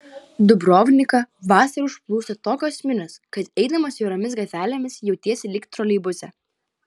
dubrovniką vasarą užplūsta tokios minios kad eidamas siauromis gatvelėmis jautiesi lyg troleibuse